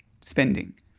spending